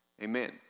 amen